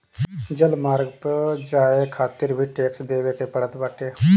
जलमार्ग पअ जाए खातिर भी टेक्स देवे के पड़त बाटे